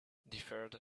deferred